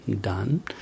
done